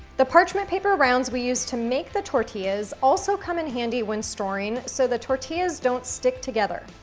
the parchment paper rounds we used to make the tortillas also come in handy when storing so the tortillas don't stick together.